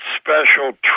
special